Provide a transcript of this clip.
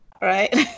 right